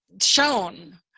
shown